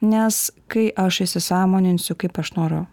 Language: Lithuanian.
nes kai aš įsisąmoninsiu kaip aš noriu